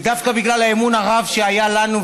ודווקא בגלל האמון הרב שהיה לנו,